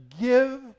give